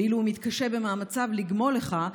ואילו הוא מתקשה במאמציו לגמול לך,